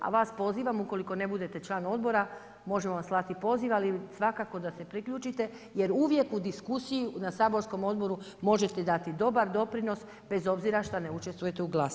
A vas pozivam, ukoliko ne budete član odbora, možemo vam slati poziv, ali svakako da se priključite, jer uvijek u diskusiju na saborskom odboru možete dati dobar doprinos, bez obzira što ne učestvujete u glasanju.